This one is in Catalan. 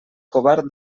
covard